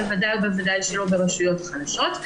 ודאי וודאי שלא ברשויות חלשות.